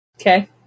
Okay